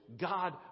God